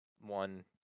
one